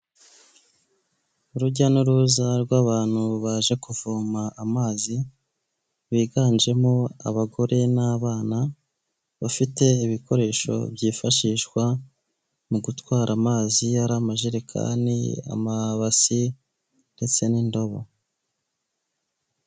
Urujya n'uruza rw'abantu baje kuvoma amazi biganjemo abagore n'abana, bafite ibikoresho byifashishwa mu gutwara amazi iyo ari amajerekani, amabasi ndetse n'indobo.